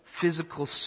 physical